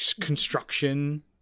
construction